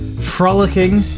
Frolicking